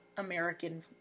American